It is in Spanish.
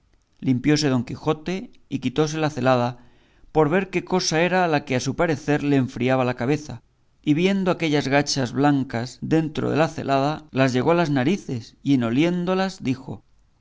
caso limpióse don quijote y quitóse la celada por ver qué cosa era la que a su parecer le enfriaba la cabeza y viendo aquellas gachas blancas dentro de la celada las llegó a las narices y en oliéndolas dijo